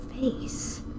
face